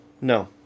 No